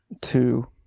Two